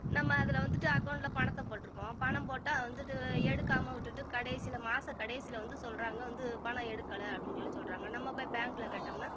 நம்ம அதில் வந்துட்டு அகௌண்டில் பணத்தை போட்டிருக்கோம் பணம் போட்டால் அது வந்துட்டு எடுக்காமல் விட்டுவிட்டு கடைசியில் மாத கடைசியில் வந்து சொல்கிறாங்க வந்து பணம் எடுக்கலை அப்படின்னு சொல்லி சொல்கிறாங்க நம்ம போய் பேங்கில் கேட்டோம்ன்னால்